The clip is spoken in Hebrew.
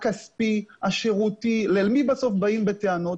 הכספי, השירותי, אל מי בסוף באים בטענות?